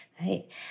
Right